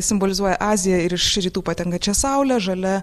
simbolizuoja aziją ir iš rytų patenkančią saulę žalia